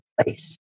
place